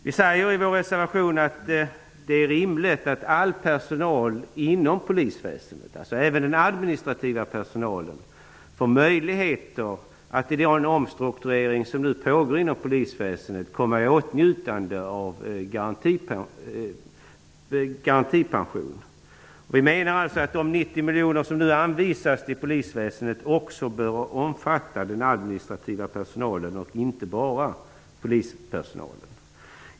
Vi säger i vår reservation att det är rimligt att all personal inom polisväsendet, alltså även den administrativa personalen, får möjligheter att vid den omstrukturering som nu pågår inom polisväsendet komma i åtnjutande av garantipension. Vi menar alltså att de 90 miljoner som nu anvisas till polisväsendet också bör avse den administrativa personalen, inte bara polispersonalen.